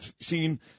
seen